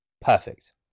Perfect